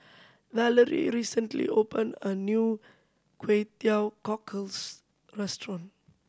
Valarie recently open a new Kway Teow Cockles restaurant